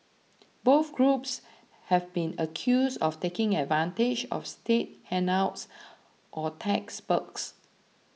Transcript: both groups have been accused of taking advantage of state handouts or tax perks